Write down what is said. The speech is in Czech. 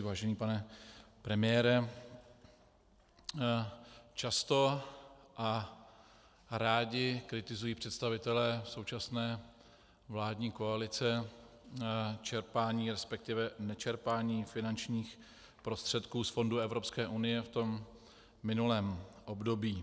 Vážený pane premiére, často a rádi kritizují představitelé současné vládní koalice čerpání, resp. nečerpání finančních prostředků z fondů Evropské unie v minulém období.